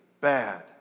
bad